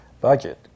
budget